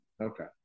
Okay